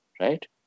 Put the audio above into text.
Right